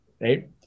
right